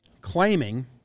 claiming